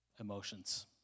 emotions